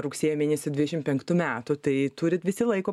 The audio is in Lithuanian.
rugsėjo mėnesį dvidešimt penktų metų tai turit visi laiko